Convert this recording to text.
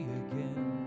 again